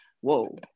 whoa